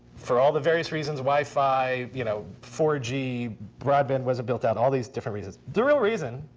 for all the various reasons, wi-fi, you know four g, broadband wasn't built out. all these different reasons. the real reason